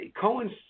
Cohen's